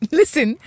listen